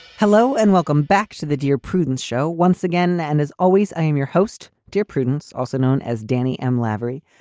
hello and welcome back to the dear prudence show once again. and as always, i'm your host, dear prudence, also known as danny m. lavery.